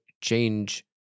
change